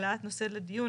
העלאת נושא לדיון,